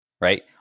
right